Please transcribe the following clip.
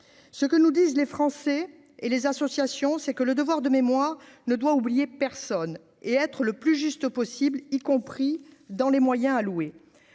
ce que nous disent les Français et les associations, c'est que le devoir de mémoire ne doit oublier personne, et être le plus juste possible, y compris dans les moyens alloués